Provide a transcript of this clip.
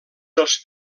dels